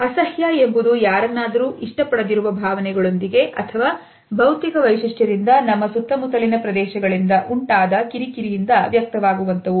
ಅಸಹ್ಯ ಎಂಬುದು ಯಾರನ್ನಾದರೂ ಇಷ್ಟಪಡದಿರುವ ಭಾವನೆಗಳೊಂದಿಗೆ ಅಥವಾ ಭೌತಿಕ ವೈಶಿಷ್ಟ್ಯದಿಂದ ನಮ್ಮ ಸುತ್ತಮುತ್ತಲಿನ ಪ್ರದೇಶಗಳಿಂದ ಉಂಟಾದ ಕಿರಿಕಿರಿಯಿಂದ ವ್ಯಕ್ತವಾಗುವಂತವು